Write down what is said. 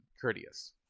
courteous